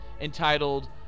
entitled